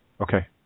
Okay